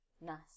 Nice